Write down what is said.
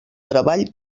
treball